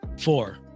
four